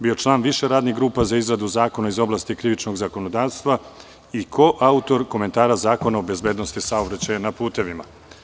Bio je član više radnih grupa za izradu zakona iz oblasti krivičnog zakonodavstva i koautor komentara Zakona o bezbednosti saobraćaja na putevima.